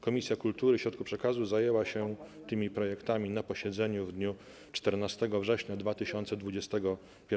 Komisja Kultury i Środków Przekazu zajęła się tymi projektami na posiedzeniu w dniu 14 września 2021 r.